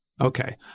Okay